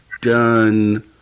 done